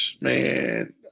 Man